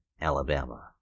Alabama